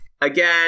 again